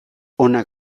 onak